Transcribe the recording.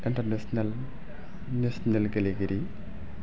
international national गेलेगिरि